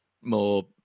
more